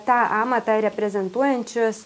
tą amatą reprezentuojančius